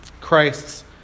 Christ's